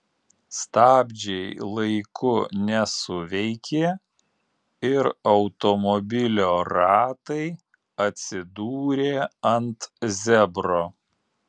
stabdžiai laiku nesuveikė ir automobilio ratai atsidūrė ant zebro